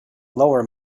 lower